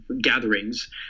gatherings